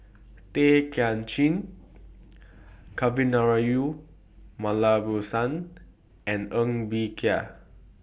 Tay Kay Chin Kavignareru and Ng Bee Kia